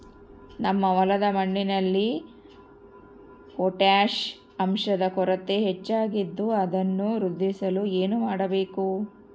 ನಮ್ಮ ಹೊಲದ ಮಣ್ಣಿನಲ್ಲಿ ಪೊಟ್ಯಾಷ್ ಅಂಶದ ಕೊರತೆ ಹೆಚ್ಚಾಗಿದ್ದು ಅದನ್ನು ವೃದ್ಧಿಸಲು ಏನು ಮಾಡಬೇಕು?